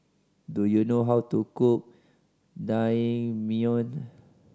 do you know how to cook Naengmyeon